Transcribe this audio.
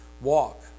walk